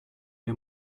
der